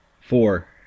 four